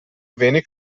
wenig